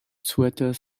sweater